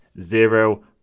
Zero